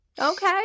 Okay